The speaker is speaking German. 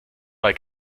bei